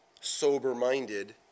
sober-minded